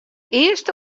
earste